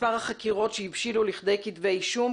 מספר החקירות שהבשילו לכתי כתבי אישום,